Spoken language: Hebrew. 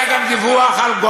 תתבייש לך.